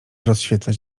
rozświetlać